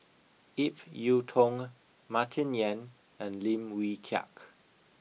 Ip Yiu Tung Martin Yan and Lim Wee Kiak